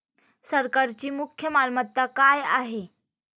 सरकारची मुख्य मालमत्ता काय आहे?